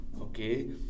okay